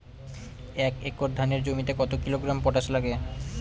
এক একর ধানের জমিতে কত কিলোগ্রাম পটাশ লাগে?